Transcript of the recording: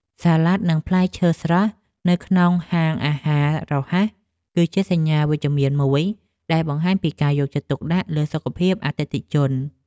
សាឡាត់និងផ្លែឈើស្រស់នៅក្នុងហាងអាហាររហ័សគឺជាសញ្ញាវិជ្ជមានមួយដែលបង្ហាញពីការយកចិត្តទុកដាក់លើសុខភាពអតិថិជន។